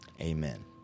Amen